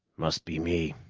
must be me,